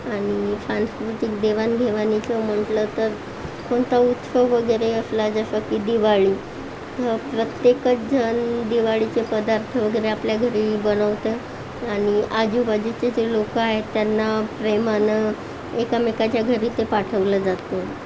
आणि सांस्कृतिक देवाणघेवाणीचं म्हटलं तर कोणता उत्सव वगैरे असला जसं की दिवाळी प्रत्येकच जण दिवाळीचे पदार्थ वगैरे आपल्या घरी बनवतात आणि आजूबाजूचे जे लोक आहेत त्यांना प्रेमानं एकमेकांच्या घरी ते पाठवलं जातं